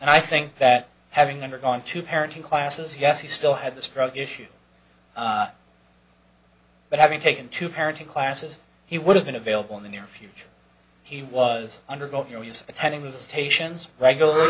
i think that having undergone two parenting classes yes he still had this drug issue but having taken two parenting classes he would have been available in the near future he was